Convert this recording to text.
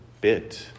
bit